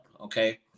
okay